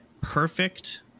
perfect